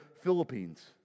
Philippines